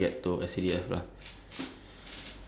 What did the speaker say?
that's what I I'm expecting ah